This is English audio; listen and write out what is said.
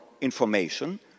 information